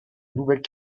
nouvelle